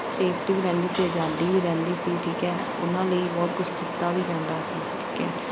safety ਵੀ ਰਹਿੰਦੀ ਸੀ ਅਜ਼ਾਦੀ ਵੀ ਰਹਿੰਦੀ ਸੀ ਠੀਕ ਹੈ ਉਹਨਾਂ ਲਈ ਬਹੁਤ ਕੁਛ ਕੀਤਾ ਵੀ ਜਾਂਦਾ ਸੀ ਠੀਕ ਹੈ